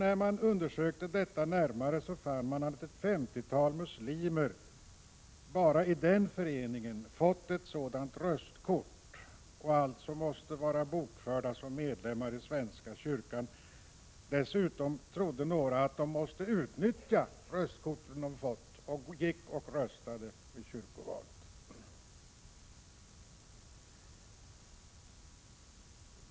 När man undersökte detta närmare fann man att ett femtiotal muslimer bara i den föreningen fått ett sådant röstkort och alltså måste vara bokförda som medlemmar i svenska kyrkan. Dessutom trodde några att de måste utnyttja röstkortet de fått och gick och röstade i kyrkovalet.